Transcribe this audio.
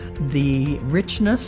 the richness